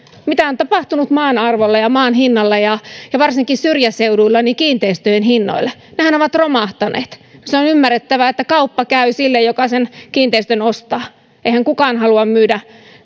on tapahtunut maan arvolle ja maan hinnalle ja ja varsinkin syrjäseuduilla kiinteistöjen hinnoille nehän ovat romahtaneet se on ymmärrettävää että kauppa käy sille joka sen kiinteistön ostaa eihän kukaan halua myydä